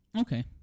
Okay